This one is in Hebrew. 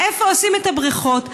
איפה עושים את הבריכות.